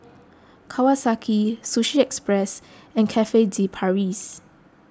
Kawasaki Sushi Express and Cafe De Paris